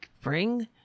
bring